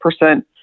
percent